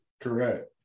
Correct